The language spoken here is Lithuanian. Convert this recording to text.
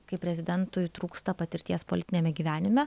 kai prezidentui trūksta patirties politiniame gyvenime